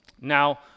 now